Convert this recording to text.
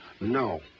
no